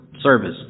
service